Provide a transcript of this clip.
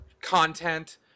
content